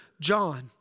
John